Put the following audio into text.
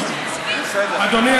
אדוני